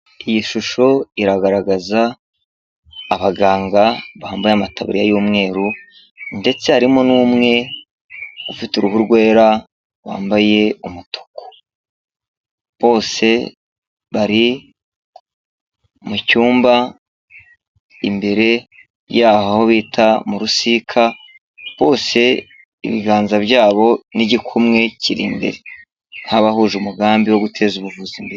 Iyi shusho iragaragaza abaganga bambaye amataburiya y'umweru ndetse harimo n'umwe ufite uruhu rwera wambaye umutuku. Bose bari mu cyumba imbere yaho bita mu rusika, bose ibiganza byabo n'igikumwe kiri imbere nk'abahuje umugambi wo guteza ubuvuzi imbere.